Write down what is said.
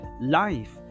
life